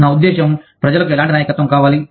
నా ఉద్దేశ్యం ప్రజలకు ఎలాంటి నాయకత్వం కావాలి